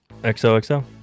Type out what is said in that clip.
XOXO